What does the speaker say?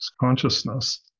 consciousness